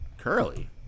Curly